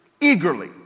eagerly